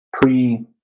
pre